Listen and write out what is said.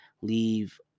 leave